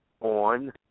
on